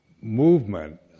movement